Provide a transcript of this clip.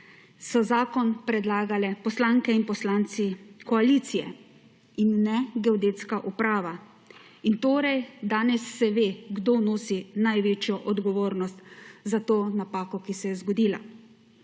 so zakon predlagale poslanke in poslanci koalicije in ne geodetska uprava in torej danes se ve kdo nosi največjo odgovornost za to napako, ki se je zgodila.